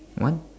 one